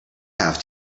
have